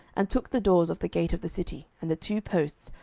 and took the doors of the gate of the city, and the two posts,